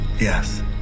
yes